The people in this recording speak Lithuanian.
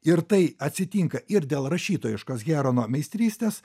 ir tai atsitinka ir dėl rašytojiškos herono meistrystės